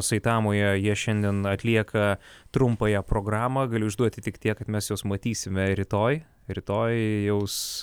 saitamoje jie šiandien atlieka trumpąją programą galiu išduoti tik tiek kad mes juos matysime ir rytoj rytojaus